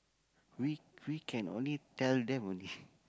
we we can only tell the only